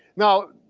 now,